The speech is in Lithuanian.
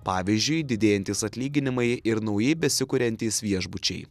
pavyzdžiui didėjantys atlyginimai ir naujai besikuriantys viešbučiai